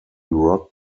rock